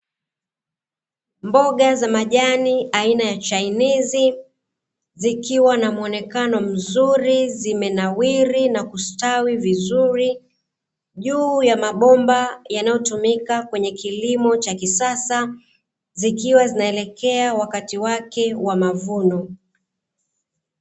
Mboga za majani aina ya chainizi, zikiwa na muonekano mzuri, zimenawiri na kustawi vizuri, juu ya mabomba yanayotumika kwenye kilimo cha kisasa, zikiwa zinaelekea wakati wake wa mavuno.